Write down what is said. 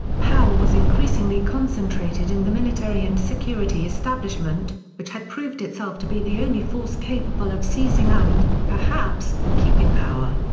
power was increasingly concentrated in the military and security establishment, which had proved itself to be the only force capable of seizing and, perhaps, keeping power.